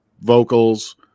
vocals